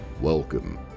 Welcome